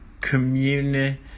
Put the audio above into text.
community